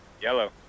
Yellow